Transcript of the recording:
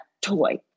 toy